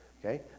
Okay